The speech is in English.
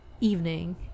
evening